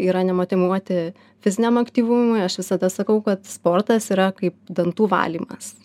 yra nemotyvuoti fiziniam aktyvumui aš visada sakau kad sportas yra kaip dantų valymas